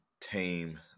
tame